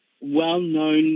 well-known